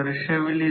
तर एकूण ऊर्जा तोटा